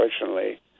unfortunately